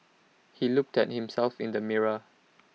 he looked at himself in the mirror